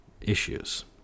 issues